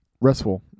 Restful